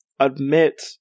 admit